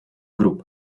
групп